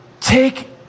take